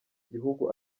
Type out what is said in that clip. gihugu